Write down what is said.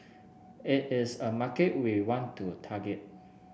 it is a market we want to target